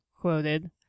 quoted